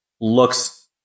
looks